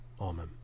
Amen